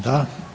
Da.